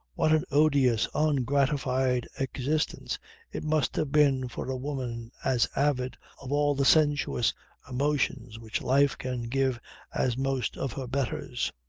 what an odious, ungratified existence it must have been for a woman as avid of all the sensuous emotions which life can give as most of her betters.